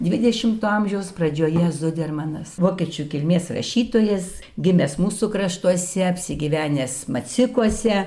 dvidešimto amžiaus pradžioje zudermanas vokiečių kilmės rašytojas gimęs mūsų kraštuose apsigyvenęs macikuose